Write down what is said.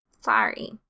Sorry